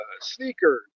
sneakers